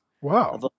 Wow